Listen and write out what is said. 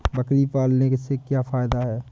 बकरी पालने से क्या फायदा है?